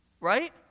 Right